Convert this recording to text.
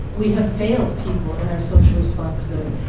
we have failed people in our social responsibilities.